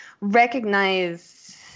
recognize